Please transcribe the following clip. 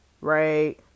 right